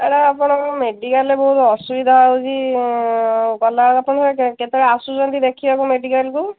sir ଆପଣଙ୍କ ମେଡ଼ିକାଲରେ ବହୁତ ଅସୁବିଧା ହେଉଛି ଗଲାବେଳେ ଆପଣ କେତେବେଳେ ଆସୁଛନ୍ତି ଦେଖିବାକୁ ମେଡ଼ିକାଲକୁ